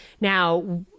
Now